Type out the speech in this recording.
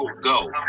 go